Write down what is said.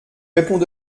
réponds